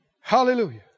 Hallelujah